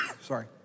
sorry